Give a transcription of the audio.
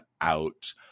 out